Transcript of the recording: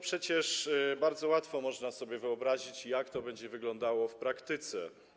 Przecież bardzo łatwo można sobie wyobrazić, jak to będzie wyglądało w praktyce.